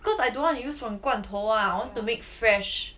cause I don't want to use from 鑵头 ah I want to make fresh